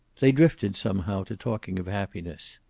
they drifted, somehow, to talking of happiness.